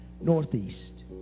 Northeast